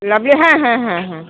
লাগবে হ্যাঁ হ্যাঁ হ্যাঁ হ্যাঁ